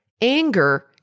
Anger